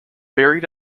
buried